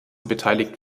beteiligt